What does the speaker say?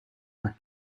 haar